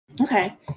Okay